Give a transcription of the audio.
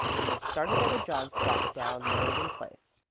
and they started at a jog trot down meriden place.